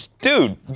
dude